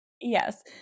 Yes